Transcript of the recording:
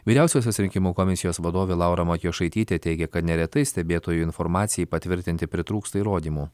vyriausiosios rinkimų komisijos vadovė laura matjošaitytė teigia kad neretai stebėtojų informacijai patvirtinti pritrūksta įrodymų